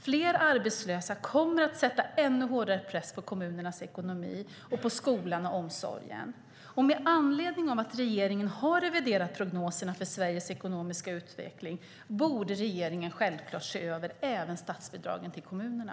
Fler arbetslösa kommer att sätta ännu hårdare press på kommunernas ekonomi och på skolan och omsorgen. Med anledning av att regeringen har reviderat prognoserna för Sveriges ekonomiska utveckling borde regeringen självklart se över även statsbidragen till kommunerna.